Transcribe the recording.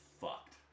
fucked